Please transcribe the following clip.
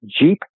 Jeep